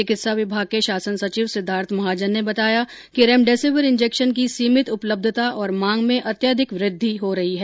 चिकित्सा विभाग के शासन सचिव सिद्वार्थ महाजन ने बताया कि रेमडेसिविर इंजेक्शन की सीमित उपलब्धता और मांग में अत्यधिक वृद्धि हो रही है